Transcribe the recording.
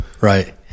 right